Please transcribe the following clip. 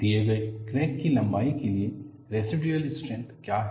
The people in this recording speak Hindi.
दिए गए क्रैक की लंबाई के लिए रेसिडुअल स्ट्रेंथ क्या है